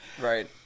Right